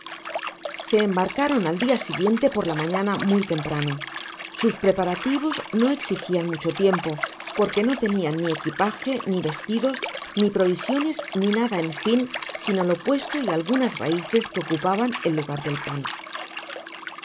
se embarcaron al dia siguiente por la mañana muy temprano sus preparativos no exigian mucho tiempo porque no tenian ni equipaje ni vestidos ni provisiones ni nada en fin sino lo puesto y algunas raices que ocupaban el lugar del pan